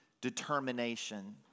determination